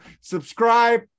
Subscribe